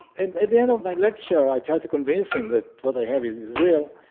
and at the end of my lecture i tried to convince him that what i have is is real.